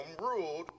ruled